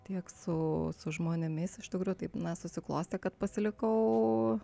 tiek su žmonėmis iš tikrųjų taip na susiklostė kad pasilikau